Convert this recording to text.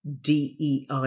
DEI